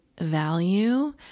value